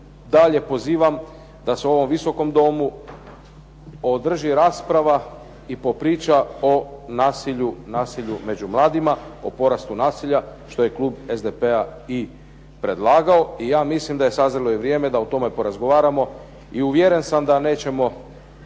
dalje pozivam da se ovom Visokom domu održi raspravi i popriča o nasilju među mladima, po porastu nasilja, što je Klub SDP-a i predlagao, i ja mislim da je sazrjelo vrijeme da o tome porazgovaramo, i uvjeren sam da neće